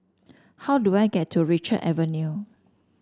how do I get to Richard Avenue